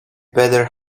better